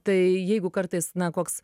tai jeigu kartais na koks